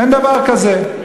אין דבר כזה.